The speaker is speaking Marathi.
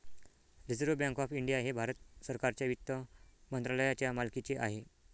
रिझर्व्ह बँक ऑफ इंडिया हे भारत सरकारच्या वित्त मंत्रालयाच्या मालकीचे आहे